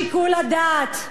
על שיקול הדעת.